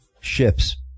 ships